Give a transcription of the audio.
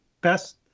best